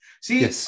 See